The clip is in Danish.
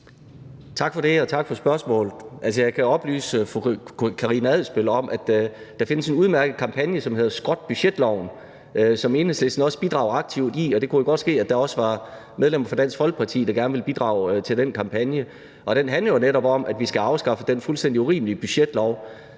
Tak for det, og tak for spørgsmålet. Jeg kan oplyse fru Karina Adsbøl om, at der findes en udmærket kampagne, som hedder »Skrot budgetloven«, som Enhedslisten også bidrager aktivt til, og det kunne jo godt være, at der også var medlemmer fra Dansk Folkeparti, der gerne vil bidrage til den kampagne. Den handler netop om, at vi skal have afskaffet den fuldstændig urimelige budgetlov,